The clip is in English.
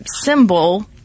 symbol